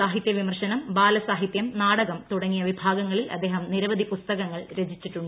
സാഹിതൃ വിമർശനം ബാലസ്ട്ഹിതൃം നാടകം തുടങ്ങിയ വിഭാഗങ്ങളിൽ അദ്ദേഹം ബ്ലൂർവധി പുസ്തകങ്ങൾ രചിച്ചിട്ടുണ്ട്